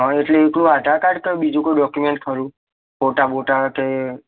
હં એટલે એકલું અધાર કાર્ડ કે બીજું કોઈ ડોક્યુમેન્ટ ખરું ફોટા બોટા કે